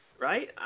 right